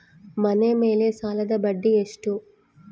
ಮನೆ ಮೇಲೆ ಸಾಲದ ಬಡ್ಡಿ ಎಷ್ಟು?